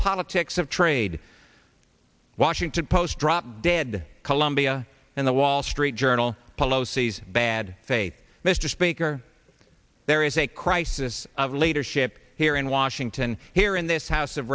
politics of trade washington post drop dead columbia and the wall street journal poll o c s bad faith mr speaker there is a crisis of leadership here in washington here in this house of